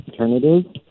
alternative